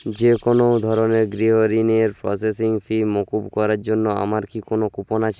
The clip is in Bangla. যে কোনো ধরনের গৃহ ঋণের প্রসেসিং ফি মকুব করার জন্য আমার কি কোনো কুপন আছে